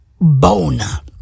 Bona